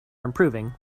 improving